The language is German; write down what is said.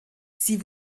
sie